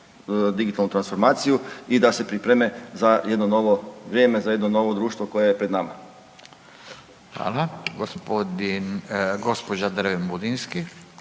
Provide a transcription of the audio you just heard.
digitalnu transformaciju i da se pripreme za jedno novo vrijeme, za jedno novo društvo koje je pred nama. **Radin, Furio (Nezavisni)** Gđa. Dreven Budinski.